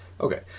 Okay